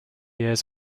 years